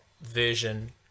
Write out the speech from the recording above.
version